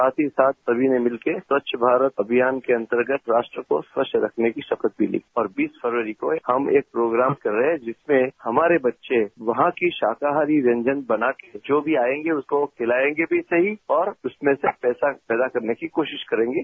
साथ ही साथ सभी ने मिलकर स्वच्छ भारत अभियान के अंतर्गत राष्ट्र को स्वच्छ रखने की शपथ भी ली और बीस फरवरी को हम एक प्रोग्राम कर रहे हैं जिसमें हमारे बच्चे वहां के शाहकारी व्यंजन बनाकर जो भी आएंगे उसको खिलाएंगे भी सही और उसमें से पैसा पैदा करने की कोशिश करेंगे